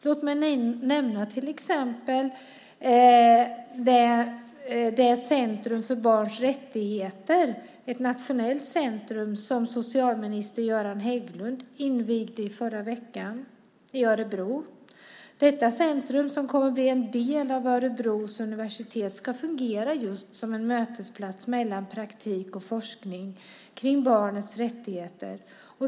Låt mig nämna till exempel det nationella centrum för barns rättigheter som socialminister Göran Hägglund invigde i förra veckan i Örebro. Detta centrum, som kommer att bli en del av Örebros universitet, ska fungera just som en mötesplats mellan praktik och forskning kring barnets rättigheter.